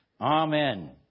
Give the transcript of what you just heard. Amen